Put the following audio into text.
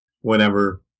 whenever